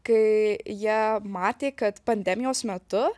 kai jie matė kad pandemijos metu